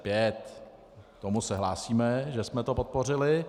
K tomu se hlásíme, že jsme to podpořili.